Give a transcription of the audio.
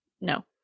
no